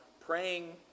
praying